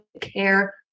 care